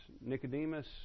Nicodemus